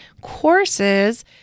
courses